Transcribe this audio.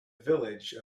village